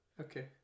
Okay